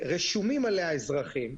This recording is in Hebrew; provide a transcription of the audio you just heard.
ורשומים עליה אזרחים,